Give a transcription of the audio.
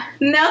No